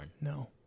no